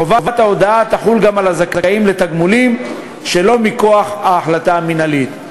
חובת ההודעה תחול גם על הזכאים לתגמולים שלא מכוח החלטה מינהלית.